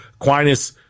Aquinas